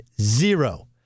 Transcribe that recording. Zero